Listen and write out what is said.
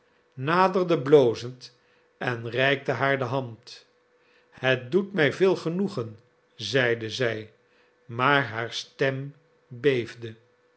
naderde blozend en reikte haar de hand het doet mij veel genoegen zeide zij maar haar stem